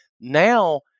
Now